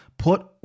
Put